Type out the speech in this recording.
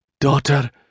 Daughter